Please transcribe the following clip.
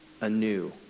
anew